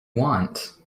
want